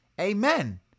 Amen